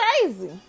crazy